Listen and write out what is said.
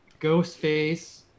Ghostface